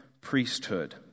priesthood